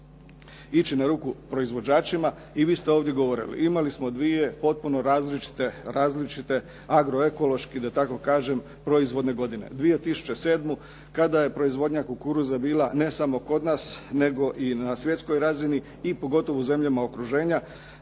ići na ruku proizvođačima i vi ste ovdje govorili. Imali smo dvije potpuno različite agroekološki da tako kažem proizvodne godine. 2007. kada je proizvodnja kukuruza bila ne samo kod nas nego i na svjetskoj razini i pogotovo u zemljama okruženja